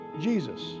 Jesus